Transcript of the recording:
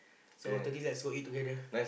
so after like let's go eat together